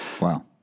wow